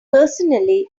personally